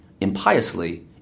impiously